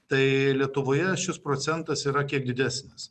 tai lietuvoje šis procentas yra kiek didesnis